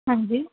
ਹਾਂਜੀ